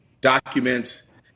documents